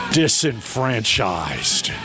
disenfranchised